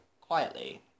quietly